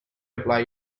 apply